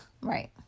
Right